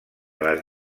les